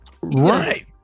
Right